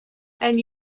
then